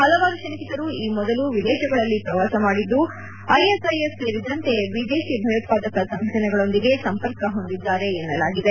ಹಲವಾರು ಶಂಕಿತರು ಈ ಮೊದಲು ವಿದೇಶಗಳಲ್ಲಿ ಪ್ರವಾಸ ಮಾಡಿದ್ದು ಐಎಸ್ಐಎಸ್ ಸೇರಿದಂತೆ ವಿದೇಶಿ ಭಯೋತ್ವಾದಕ ಸಂಘಟನೆಗಳೊಂದಿಗೆ ಸಂಪರ್ಕ ಹೊಂದಿದ್ದಾರೆ ಎನ್ನಲಾಗಿದೆ